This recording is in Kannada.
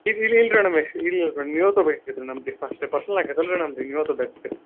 ಈಗ ಇಲ್ಲ ಇಲ್ಲ ರೀ ಮೇಡಮ್ ಇಲ್ಲ ಇಲ್ಲ ಮೇಡಮ್ ನೀವೇ ತೊಗೊಬೇಕಿತ್ತು ರೀ ನಮಗೆ ಫಸ್ಟ್ ಪರ್ಸ್ನಲ್ ಆಗಿ ನೀವೇ ತಗೊಬೇಕಿತ್ತು ರೀ